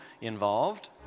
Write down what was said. involved